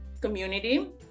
Community